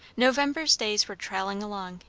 november's days were trailing along,